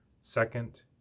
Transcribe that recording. second